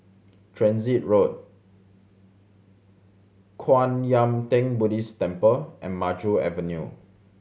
Transit Road Kwan Yam Theng Buddhist Temple and Maju Avenue